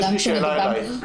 יש לי שאלה אלייך,